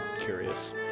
curious